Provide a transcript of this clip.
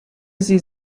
sie